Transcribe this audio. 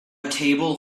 table